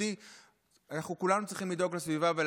מבחינתי כולנו צריכים לדאוג לסביבה.